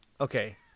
Okay